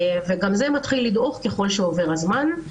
גם זה מתחיל לדעוך ככל שעובר הזמן.